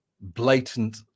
blatant